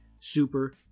Super